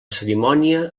cerimònia